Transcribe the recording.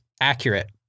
accurate